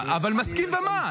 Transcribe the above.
אני טוען שהוא צודק.